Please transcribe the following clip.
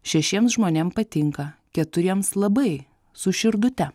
šešiem žmonėm patinka keturiems labai su širdute